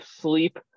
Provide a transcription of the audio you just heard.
sleep